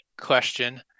question